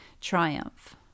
triumph